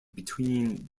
between